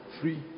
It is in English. free